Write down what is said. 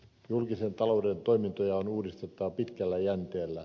julkisen talouden toimintoja on uudistettava pitkällä jänteellä